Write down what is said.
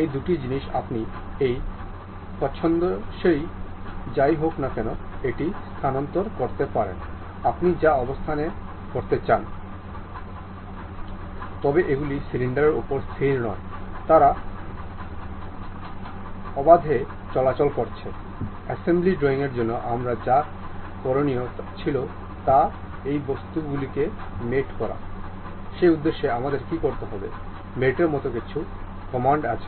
এই single cylinder piston অ্যাসেম্বলির জন্য এক্সপ্লোর করা দৃশ্যটি সম্পূর্ণ করে